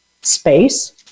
space